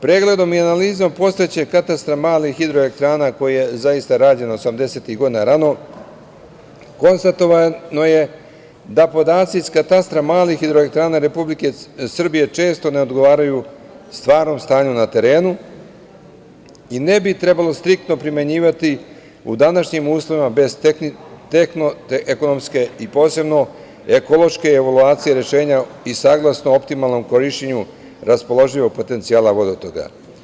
Pregledom i analizom postojećeg katastra malih hidroelektrana, koji je zaista rađen 1980-ih godina, konstatovano je da podaci iz katastra malih hidroelektrana Republike Srbije često ne odgovaraju stvarnom stanju na terenu i ne bi ih trebalo striktno primenjivati u današnjim uslovima bez tehnološke i posebno ekološke evaluacije rešenja i saglasno optimalnom korišćenju raspoloživog potencijala vodotoka.